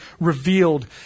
Revealed